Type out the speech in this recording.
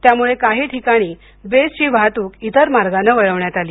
त्यामुळे काही ठिकाणी बेस्टची वाहतूक इतर मार्गाने वळवण्यात आली